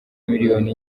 miliyoni